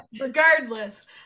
Regardless